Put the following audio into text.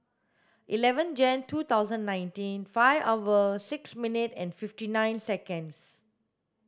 eleven Jan two thousand nineteen five hour six minute and fifty nine seconds